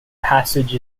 passage